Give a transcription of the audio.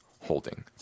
holding